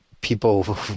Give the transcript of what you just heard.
people